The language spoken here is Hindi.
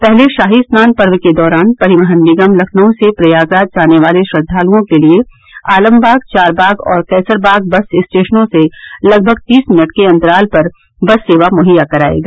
पहले शाही स्नान पर्व के दौरान परिवहन निगम लखनऊ से प्रयागराज जाने वाले श्रद्वालुओं के लिये आलमबाग चारबाग और कैसरबाग बस स्टेशनों से लगभग तीस मिनट के अतंराल पर बस सेवा मुहैया करायेगा